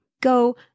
go